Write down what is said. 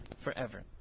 forever